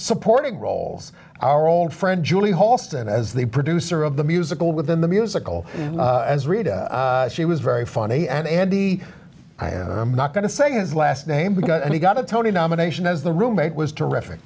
supporting roles our old friend julie halston as the producer of the musical within the musical as rita she was very funny and andy i am not going to say his last name because he got a tony nomination as the roommate was terrific